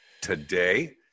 today